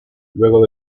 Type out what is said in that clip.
luego